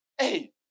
Hey